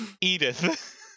edith